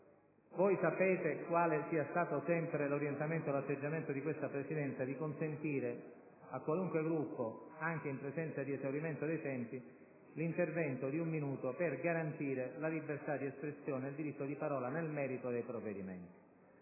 Sapete quali siano stati sempre l'orientamento e l'atteggiamento di questa Presidenza: di consentire a qualunque Gruppo, anche a fronte dell'esaurimento dei tempi, l'intervento di un minuto per garantire la libertà d'espressione e il diritto di parola nel merito dei provvedimenti.